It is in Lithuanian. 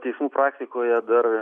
teismų praktikoje dar